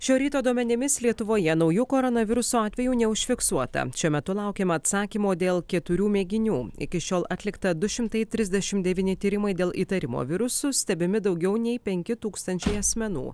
šio ryto duomenimis lietuvoje naujų koronaviruso atvejų neužfiksuota šiuo metu laukiama atsakymo dėl keturių mėginių iki šiol atlikta du šimtai trisdešimt devyni tyrimai dėl įtarimo virusu stebimi daugiau nei penki tūkstančiai asmenų